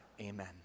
Amen